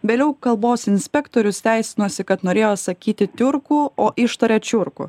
vėliau kalbos inspektorius teisinosi kad norėjo sakyti tiurkų o ištarė čiurkų